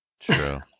True